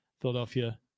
Philadelphia